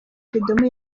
kidum